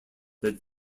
that